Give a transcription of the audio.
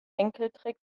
enkeltrick